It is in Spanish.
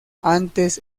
antes